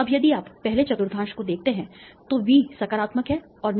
अब यदि आप पहले चतुर्थांश को देखते हैं तो वी सकारात्मक है और